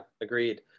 Agreed